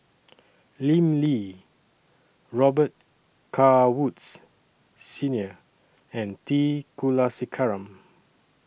Lim Lee Robet Carr Woods Senior and T Kulasekaram